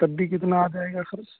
تب بھی کتنا آ جائے گا خرچ